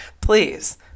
Please